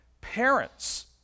parents